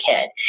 kid